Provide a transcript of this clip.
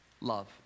love